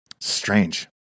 Strange